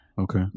okay